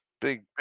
big